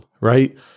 right